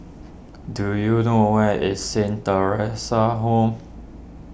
do you know where is Saint theresa's Home